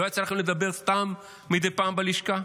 לא יצא לכם לדבר סתם מדי פעם בלשכה?